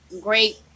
great